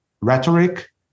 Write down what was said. rhetoric